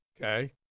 okay